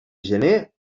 gener